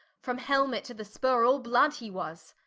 from helmet to the spurre all blood he was